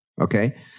Okay